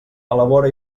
elabora